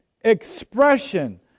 expression